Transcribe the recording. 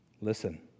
Listen